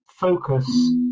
focus